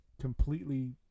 completely